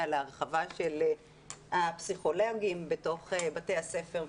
להרחבה של מספר הפסיכולוגים בתוך בתי הספר,